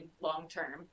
long-term